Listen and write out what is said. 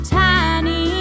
tiny